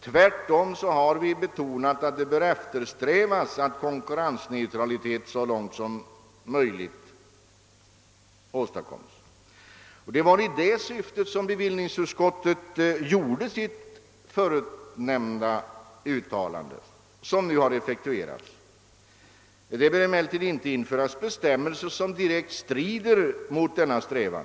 Tvärtom har vi betonat att konkurrensneutralitet så långt som möjligt bör eftersträvas, och det var i det syftet som bevillningsutskottet gjorde sitt förutnämnda uttalande, som nu har effektuerats. Det bör inte införas några bestämmelser som direkt strider mot denna strävan.